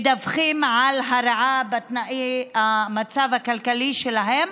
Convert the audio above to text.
מדווחים על הרעה בתנאי המצב הכלכלי שלהם